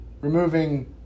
removing